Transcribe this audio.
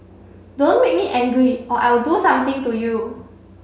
don't make me angry or I will do something to you